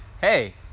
hey